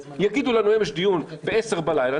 יגידו לנו היום שיש דיון ב-22:00 בלילה,